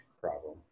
problem